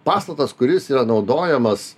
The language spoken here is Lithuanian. pastatas kuris yra naudojamas